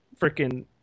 freaking